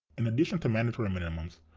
in addition to mandatory minimums,